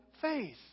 faith